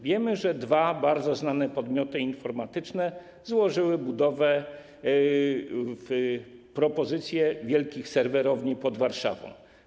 Wiemy, że dwa bardzo znane podmioty informatyczne złożyły propozycję budowy wielkich serwerowni pod Warszawą.